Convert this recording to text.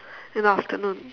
in the afternoon